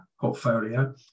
portfolio